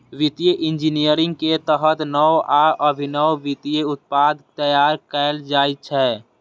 वित्तीय इंजीनियरिंग के तहत नव आ अभिनव वित्तीय उत्पाद तैयार कैल जाइ छै